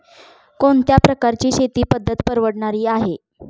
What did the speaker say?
कोणत्या प्रकारची शेती पद्धत परवडणारी आहे?